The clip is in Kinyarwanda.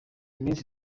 minsi